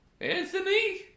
Anthony